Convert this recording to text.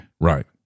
Right